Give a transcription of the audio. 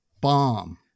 bomb